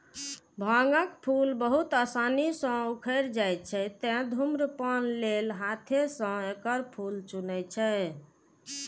भांगक फूल बहुत आसानी सं उखड़ि जाइ छै, तें धुम्रपान लेल हाथें सं एकर फूल चुनै छै